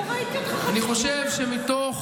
לא ראיתי אותך, אני חושב שמתוך,